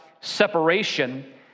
separation